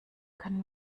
können